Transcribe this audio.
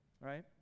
right